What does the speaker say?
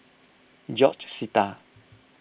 George Sita